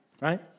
Right